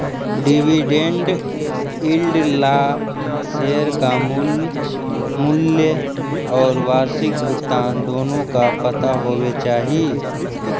dividend yield ला share का मूल मूल्य और वार्षिक भुगतान दोनों का पता होवे चाही